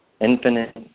infinite